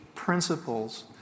principles